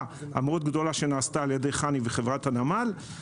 המאוד גדולה שנעשתה על ידי חנ"י וחברת הנמל.